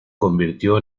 convirtió